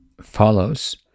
follows